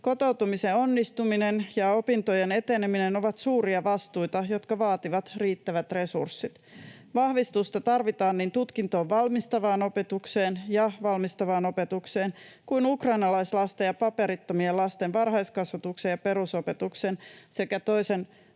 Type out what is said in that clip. Kotoutumisen onnistuminen ja opintojen eteneminen ovat suuria vastuita, jotka vaativat riittävät resurssit. Vahvistusta tarvitaan niin tutkintoon valmistavaan opetukseen ja valmistavaan opetukseen kuin ukrainalaislasten ja paperittomien lasten varhaiskasvatukseen ja perusopetukseen sekä toisen